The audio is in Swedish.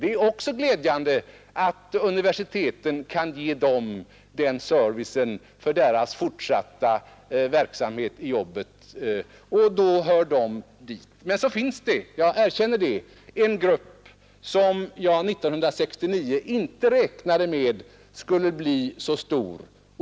Det är också glädjande att universiteten kan ge dem denna service för deras fortsatta verksamhet. Men så finns det — jag erkänner det — en grupp som jag 1969 inte trodde skulle bli så stor.